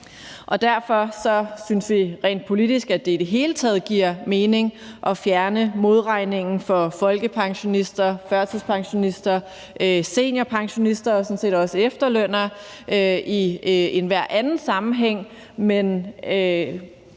Derfor synes vi rent politisk, at det i det hele taget giver mening at fjerne modregningen for folkepensionister, førtidspensionister, seniorpensionister og sådan set også efterlønnere i enhver anden sammenhæng,